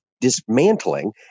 dismantling